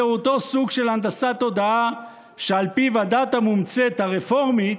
זה אותו סוג של הנדסת תודעה שעל פיו הדת המומצאת הרפורמית,